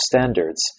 standards